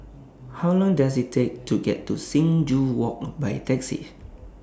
How Long Does IT Take to get to Sing Joo Walk By Taxi